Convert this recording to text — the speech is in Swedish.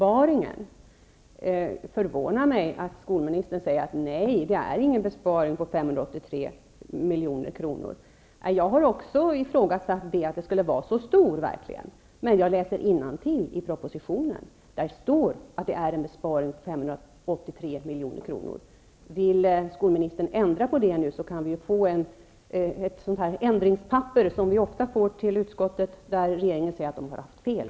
Det förvånar mig att skolministern säger att det inte är fråga om någon besparing på gymnasieskolan med 583 milj.kr. Jag har också ifrågasatt att besparingen skulle vara så stor. Men jag läser innantill i propositionen. Där står det att det är en besparing på 583 milj.kr. Vill skolministern ändra det kan vi få ju ett sådant där ändringspapper som vi ofta får till utskottet och där regeringen säger att den har haft fel.